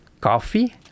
coffee